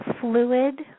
fluid